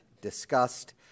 discussed